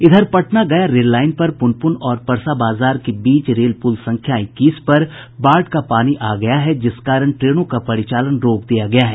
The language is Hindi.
इधर पटना गया रेल लाईन पर पुनपुन और परसा बाजार के बीच स्थित रेल पूल संख्या इक्कीस पर बाढ़ का पानी आ गया है जिस कारण ट्रेनों का परिचालन रोक दिया गया है